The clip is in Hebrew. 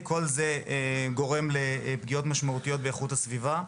כל זה גורם לפגיעות משמעויות באיכות הסביבה.